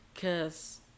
cause